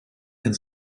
and